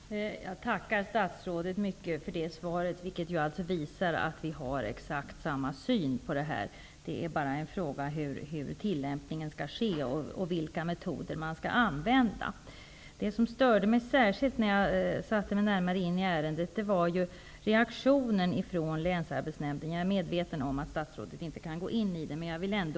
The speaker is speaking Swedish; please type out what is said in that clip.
Herr talman! Jag tackar statsrådet så mycket för det svaret. Det visar ju att vi har exakt samma syn på detta. Det är bara en fråga om hur tillämpningen skall ske och vilka metoder man skall använda. Det som störde mig särskilt när jag satte mig närmare in i ärendet var reaktionen från länsarbetsnämnden. Jag är medveten om att statsrådet inte kan gå in i det, men jag vill ändå...